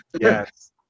Yes